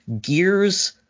Gears